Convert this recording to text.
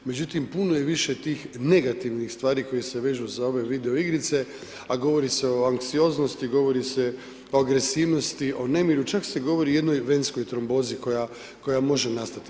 Međutim puno je više tih negativnih stvari koje se vežu za ove video igrice a govori se o anksioznosti, govori se o agresivnosti, o nemiru, čak se govori o jednoj venskoj trombozi koja može nastati.